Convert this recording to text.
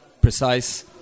precise